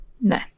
No